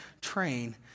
train